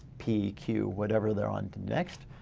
p, q, whatever they're on to next.